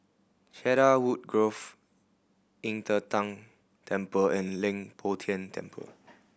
Cedarwood Grove Qing De Tang Temple and Leng Poh Tian Temple